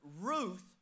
Ruth